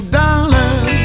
dollars